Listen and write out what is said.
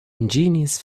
ingenious